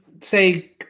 say